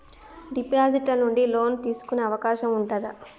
Deposit ల నుండి loan తీసుకునే అవకాశం ఉంటదా?